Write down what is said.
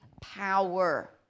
power